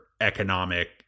economic